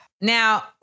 Now